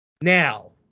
now